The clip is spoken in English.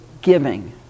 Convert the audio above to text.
giving